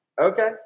Okay